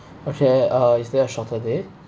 okay uh is there a shorter date